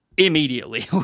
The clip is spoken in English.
immediately